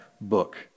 book